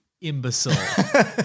imbecile